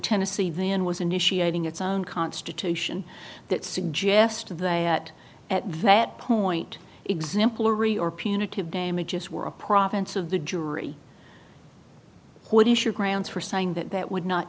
tennessee then was initiating its own constitution that suggested that at that point exemplary or punitive damages were a province of the jury what is your grounds for saying that that would not